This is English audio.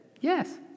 yes